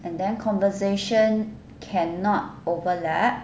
and then conversation can not overlap